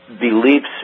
beliefs